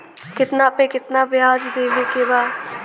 कितना पे कितना व्याज देवे के बा?